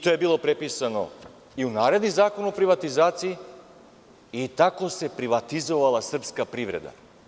To je bilo prepisano i u naredni Zakon o privatizaciji, i tako se privatizovala srpska privreda.